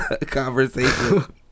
conversation